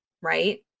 right